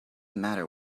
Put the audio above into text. matter